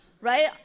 right